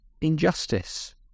injustice